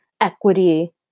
equity